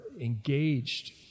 engaged